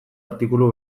artikulu